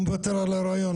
הוא מוותר על הרעיון,